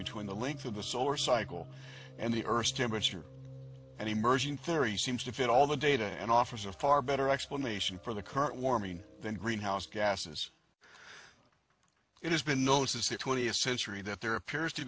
between the length of the solar cycle and the earth's temperature and emerging theory seems to fit all the data and offers a far better explanation for the current warming than greenhouse gases it has been no says the twentieth century that there appears to